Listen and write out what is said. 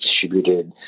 distributed